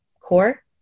core